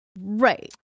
right